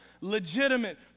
legitimate